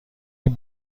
این